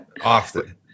often